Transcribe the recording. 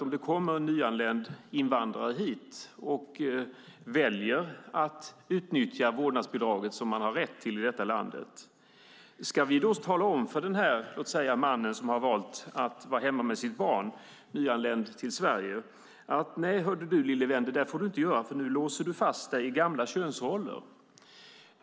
Om det kommer en nyanländ invandrare hit och väljer att utnyttja vårdnadsbidraget, vilket man har rätt till i det här landet - ska vi då tala om för den här låt oss säga mannen som är nyanländ till Sverige och har valt att vara hemma med sitt barn: Nej hördu lille vän, det där får du inte göra, för nu låser du fast dig i gamla könsroller?